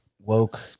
woke